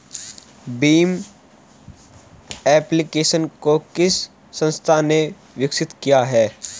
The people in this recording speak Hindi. भीम एप्लिकेशन को किस संस्था ने विकसित किया है?